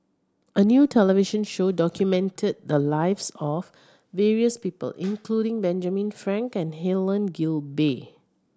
a new television show documented the lives of various people including Benjamin Frank and Helen Gilbey